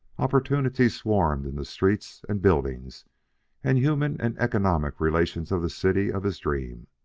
opportunities swarmed in the streets and buildings and human and economic relations of the city of his dream.